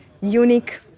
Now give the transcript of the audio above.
unique